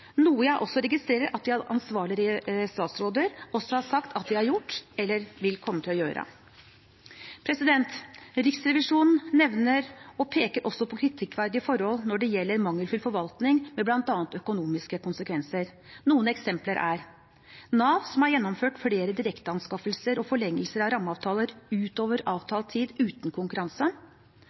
noe jeg også registrerer at de ansvarlige statsråder har sagt at de har gjort, eller kommer til å gjøre. Riksrevisjonen nevner og peker også på kritikkverdige forhold når det gjelder mangelfull forvaltning med bl.a. økonomiske konsekvenser. Noen eksempler er: Nav har gjennomført flere direkteanskaffelser og forlengelser av rammeavtaler utover avtalt tid uten konkurranse.